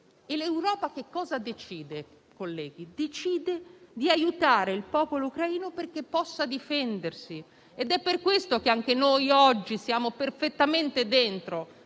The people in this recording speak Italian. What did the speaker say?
L'Europa decide, colleghi, di aiutare il popolo ucraino perché possa difendersi ed è per questo che anche noi oggi siamo perfettamente dentro